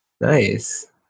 Nice